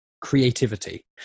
creativity